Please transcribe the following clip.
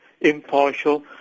impartial